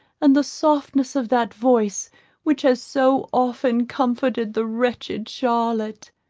and the softness of that voice which has so often comforted the wretched charlotte.